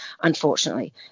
unfortunately